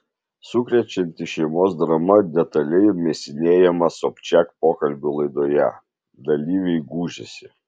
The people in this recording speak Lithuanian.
sukrečianti šeimos drama detaliai mėsinėjama sobčiak pokalbių laidoje dalyviai gūžiasi